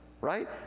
right